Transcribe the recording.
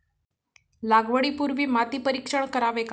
लागवडी पूर्वी माती परीक्षण करावे का?